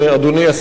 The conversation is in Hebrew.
אדוני השר,